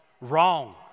wrong